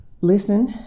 listen